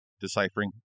deciphering